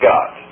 God